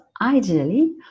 ideally